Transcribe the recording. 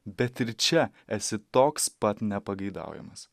bet ir čia esi toks pat nepageidaujamas